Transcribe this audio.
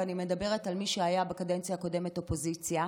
ואני מדברת על מי שהיה בקדנציה הקודמת אופוזיציה,